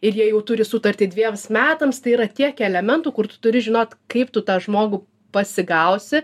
ir jie jau turi sutartį dviems metams tai yra tiek elementų kur tu turi žinot kaip tu tą žmogų pasigausi